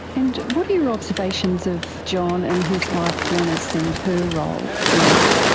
and what are your observations of john and his wife glenys and her role in this?